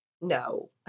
No